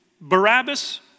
Barabbas